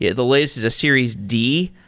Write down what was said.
yeah the latest is series d.